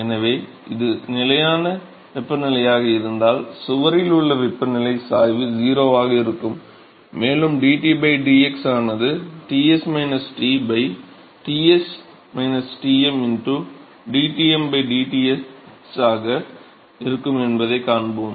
எனவே இது நிலையான வெப்பநிலையாக இருந்தால் சுவரில் உள்ள வெப்பநிலை சாய்வு 0 ஆக இருக்கும் மேலும் dT dx ஆனது Ts T Ts Tm dTm dx ஆக இருக்கும் என்பதைக் காண்போம்